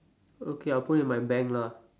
okay I'll put it in my bank lah